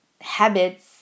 habits